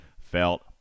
felt